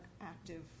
active